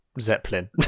Zeppelin